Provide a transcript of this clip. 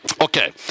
Okay